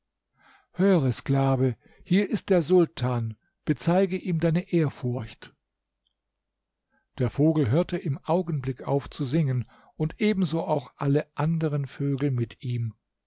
höre sklave hier ist der sultan bezeige ihm deine ehrfurcht der vogel hörte im augenblick auf zu singen und ebenso auch alle anderen vögel mit ihm